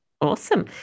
Awesome